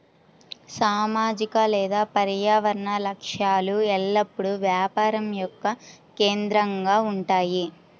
సామాజిక లేదా పర్యావరణ లక్ష్యాలు ఎల్లప్పుడూ వ్యాపారం యొక్క కేంద్రంగా ఉంటాయి